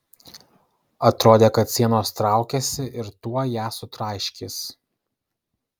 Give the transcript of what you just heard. atrodė kad sienos traukiasi ir tuoj ją sutraiškys